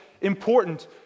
important